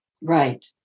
Right